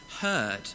heard